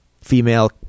female